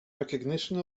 recognition